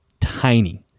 tiny